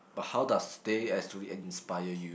but how does they actually inspire you